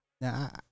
Now